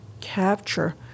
capture